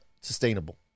sustainable